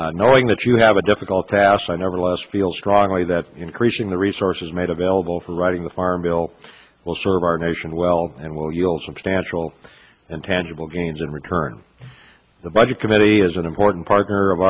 committee knowing that you have a difficult task i nevertheless feel strongly that increasing the resources made available for writing the farm bill will serve our nation well and will yield substantial and tangible gains in return the budget committee is an important partner of